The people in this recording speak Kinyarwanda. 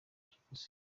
ikiguzi